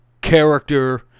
character